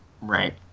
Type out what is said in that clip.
Right